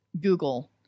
Google